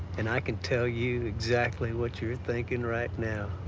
and i can tell you exactly what you're thinking right now.